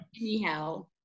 Anyhow